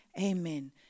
Amen